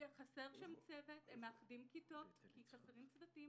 חסר שם צוות, הם מאחדים כיתות כי חסרים צוותים.